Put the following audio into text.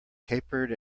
capered